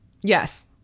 yes